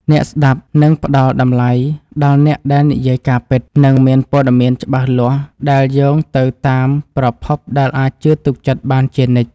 អ្នកស្ដាប់នឹងផ្តល់តម្លៃដល់អ្នកដែលនិយាយការពិត និងមានព័ត៌មានច្បាស់លាស់ដែលយោងទៅតាមប្រភពដែលអាចជឿទុកចិត្តបានជានិច្ច។